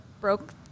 broke